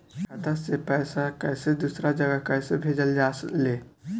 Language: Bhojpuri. खाता से पैसा कैसे दूसरा जगह कैसे भेजल जा ले?